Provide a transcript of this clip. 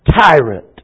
tyrant